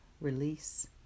release